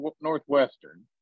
Northwestern